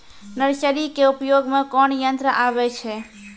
Nursery के उपयोग मे कोन यंत्र आबै छै?